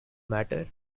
matter